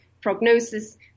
prognosis